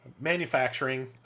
manufacturing